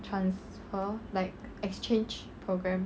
transfer like exchange program